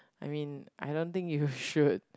I mean I don't think you should